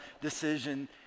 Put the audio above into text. decision